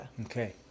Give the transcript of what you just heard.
okay